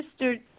Mr